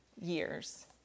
years